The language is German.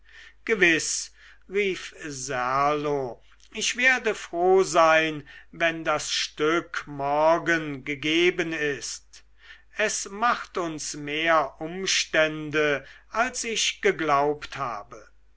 gewiß rief serlo ich werde froh sein wenn das stück morgen gegeben ist es macht uns mehr umstände als ich geglaubt habe